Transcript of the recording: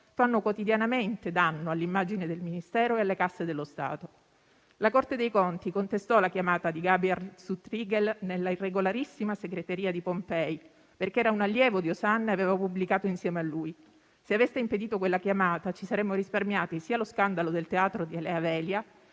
fanno quotidianamente danno all'immagine del Ministero e alle casse dello Stato. La Corte dei conti contestò la chiamata di Gabriel Zuchtriegel nella irregolarissima segreteria di Pompei, perché era un allievo di Osanna e aveva pubblicato insieme a lui. Se aveste impedito quella chiamata, ci saremmo risparmiati sia lo scandalo del teatro di Elea-Velia,